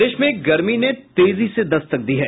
प्रदेश में गर्मी ने तेजी से दस्तक दी है